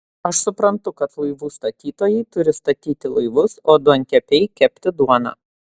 aš suprantu kad laivų statytojai turi statyti laivus o duonkepiai kepti duoną